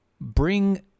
bring